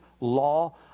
law